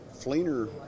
Fleener